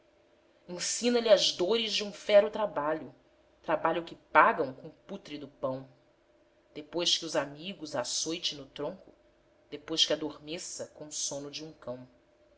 irmã ensina lhe as dores de um fero trabalho trabalho que pagam com pútrido pão depois que os amigos açoite no tronco depois que adormeça co'o sono de um cão